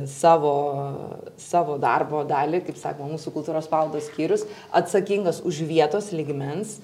savo savo darbo dalį kaip sako mūsų kultūros paveldo skyrius atsakingas už vietos lygmens